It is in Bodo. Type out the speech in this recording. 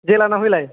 जे लानानै फैलाय